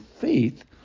faith